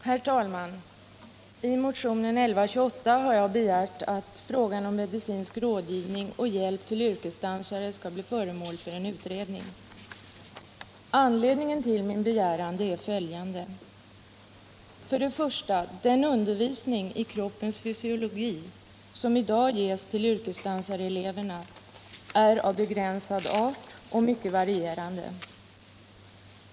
Herr talman! I motionen 1128 har jag begärt att frågan om medicinsk rådgivning och hjälp till yrkesdansare skall bli föremål för en utredning. Anledningen till min begäran är följande. För det första är den undervisning i kroppens fysiologi som i dag ges till yrkesdansareleverna av begränsad art och mycket varierande.